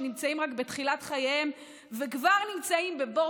שנמצאים רק בתחילת חייהם וכבר נמצאים בבור